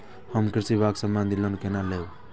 हम कृषि विभाग संबंधी लोन केना लैब?